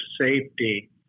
safety